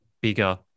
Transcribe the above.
bigger